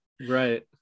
Right